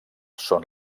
són